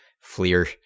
Fleer